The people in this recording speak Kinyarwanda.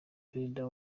perezida